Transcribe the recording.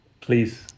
Please